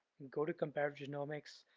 go to comparative genomics,